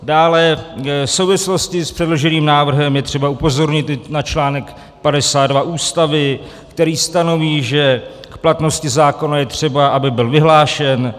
Dále, v souvislosti s předloženým návrhem je třeba upozornit na článek 52 Ústavy, který stanoví, že k platnosti zákona je třeba, aby byl vyhlášen.